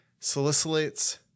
Salicylates